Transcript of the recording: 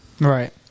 Right